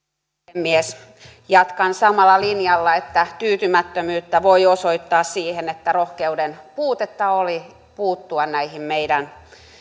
puhemies jatkan samalla linjalla että tyytymättömyyttä voi osoittaa siihen että oli rohkeuden puutetta puuttua näihin meidän